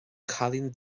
cailín